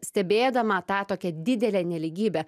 stebėdama tą tokią didelę nelygybę